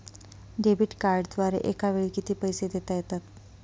Debit कार्डद्वारे एकावेळी किती पैसे देता येतात?